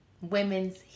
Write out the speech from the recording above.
Women's